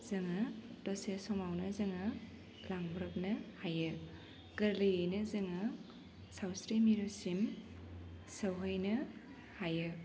जोङो दसे समावनो जोङो लांब्रबनो हायो गोरलैयैनो जोङो सावस्रि मिरुसिम सौहैनो हायो